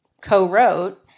co-wrote